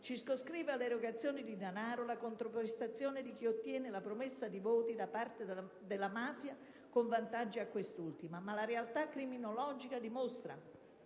circoscrive all'erogazione di denaro la controprestazione di chi ottiene la promessa di voti da parte della mafia con vantaggi a quest'ultima; ma la realtà criminologica dimostra